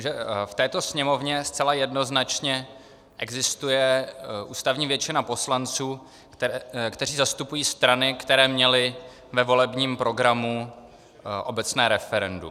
Já myslím, že v této Sněmovně zcela jednoznačně existuje ústavní většina poslanců, kteří zastupují strany, které měly ve volebním programu obecné referendum.